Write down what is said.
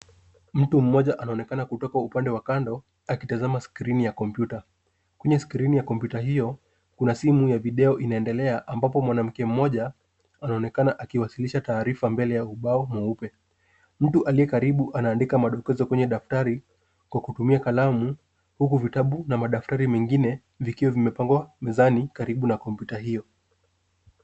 Mtu mmoja anaonekana kutoka upande wa kando akitazama skrini ya kompyuta. Kwenye skrini ya kompyuta hiyo kuna simu ya video inaendelea ambapo mwanamke mmoja anaonekana akiwasilisha taarifa mbele ya ubao mweupe. Mtu aliye karibu anaandika madokezo kwenye daftari kwa kutumia kalamu huku vitabu na madaftari mengine vikiwa vimepangwa mezani karibu na kompyuta hiyo.